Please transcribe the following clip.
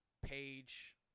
Page